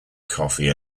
coffee